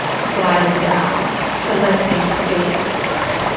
quieted down to let him speak ok,